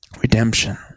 Redemption